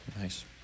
Nice